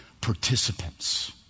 participants